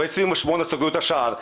ב-28 באפריל סגרו את השער.